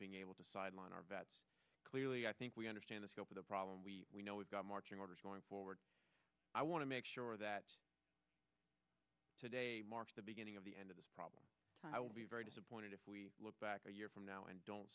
being able to sideline our vets clear i think we understand the scope of the problem we know we've got marching orders going forward i want to make sure that today marks the beginning of the end of this problem i will be very disappointed if we look back a year from now and don't